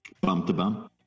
Bump-to-bump